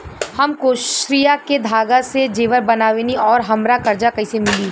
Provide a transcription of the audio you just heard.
हम क्रोशिया के धागा से जेवर बनावेनी और हमरा कर्जा कइसे मिली?